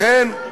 לכן,